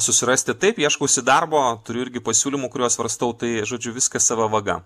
susirasti taip ieškausi darbo turiu irgi pasiūlymų kuriuos svarstau tai žodžiu viskas sava vaga